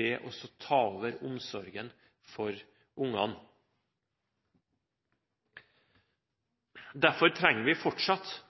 ved å ta over omsorgen for barna. Nok en gang vil jeg understreke fra denne talerstolen at vi trenger